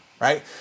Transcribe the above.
Right